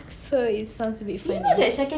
so it sounds a bit funny